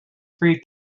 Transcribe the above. free